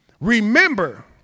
Remember